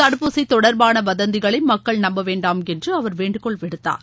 தடுப்பூசி தொடர்பான வதந்திகளை மக்கள் நம்ப வேண்டாம் என்று அவர் வேண்டுகோள் விடுத்தார்